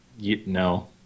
No